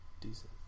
Decent